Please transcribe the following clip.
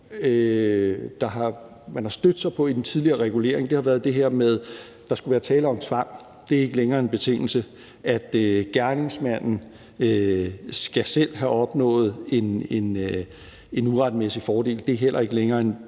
man har stødt sig på i den tidligere regulering, har været det her med, at der skulle være tale om tvang, for det er ikke længere en betingelse. Det, at gerningsmanden selv skal opnå en uretmæssig fordel, er heller ikke længere en betingelse.